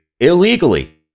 illegally